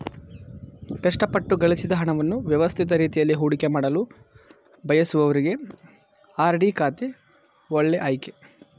ಕಷ್ಟಪಟ್ಟು ಗಳಿಸಿದ ಹಣವನ್ನು ವ್ಯವಸ್ಥಿತ ರೀತಿಯಲ್ಲಿ ಹೂಡಿಕೆಮಾಡಲು ಬಯಸುವವರಿಗೆ ಆರ್.ಡಿ ಖಾತೆ ಒಳ್ಳೆ ಆಯ್ಕೆ